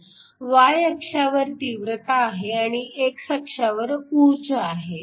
y अक्षावर तीव्रता आहे आणि x अक्षावर ऊर्जा आहे